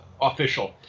official